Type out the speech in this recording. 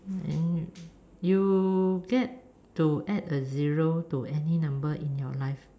you get to add a zero to any number in your life